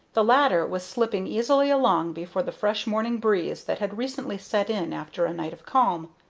the latter was slipping easily along before the fresh morning breeze that had recently set in after a night of calm.